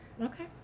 Okay